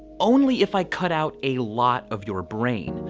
only if i cut out a lot of your brain.